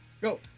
Go